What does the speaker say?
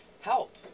help